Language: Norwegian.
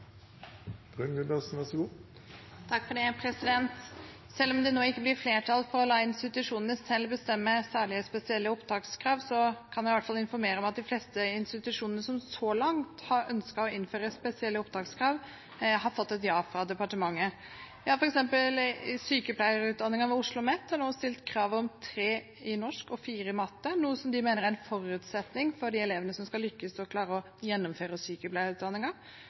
la institusjonene selv bestemme spesielle opptakskrav, kan jeg i hvert fall informere om at de fleste institusjonene som så langt har ønsket å innføre spesielle opptakskrav, har fått et ja fra departementet. For eksempel har sykepleierutdanningen ved OsloMet nå stilt krav om 3 i norsk og 4 i matte, noe de mener er en forutsetning for de elevene som skal lykkes i å gjennomføre sykepleierutdanningen. Journalistutdanningen ved OsloMet har stilt krav om 4 i norsk, og det høres ganske logisk ut at man bør være sterk i norsk for å kunne gjennomføre